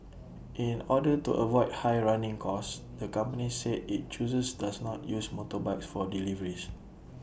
in order to avoid high running costs the company said IT chooses does not use motorbikes for deliveries